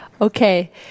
Okay